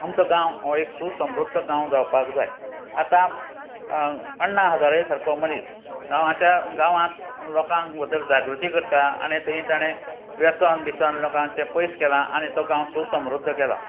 आमचो गांव हो एक सुसमृध्द गांव जावपाक जाय आतां अण्णा हजारे सारको मनीस गांवाच्या गांवांत लोकांक भितर जागृती करता आनी थंय ताणें वेसन बिसन लोकांचे पयस केलां आनी तो गांव सुसमृध्द केला